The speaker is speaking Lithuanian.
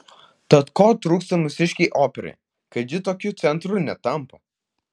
tad ko trūksta mūsiškei operai kad ji tokiu centru netampa